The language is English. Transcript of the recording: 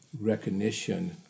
recognition